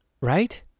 right